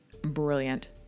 brilliant